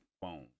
phone